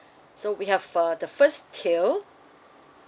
so we have uh the first tier